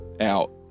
out